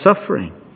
suffering